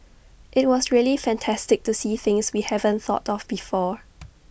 IT was really fantastic to see things we haven't thought of before